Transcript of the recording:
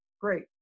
Great